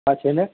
હા છેને